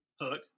hook